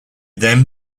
then